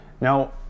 Now